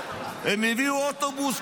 הם הביאו אוטובוס,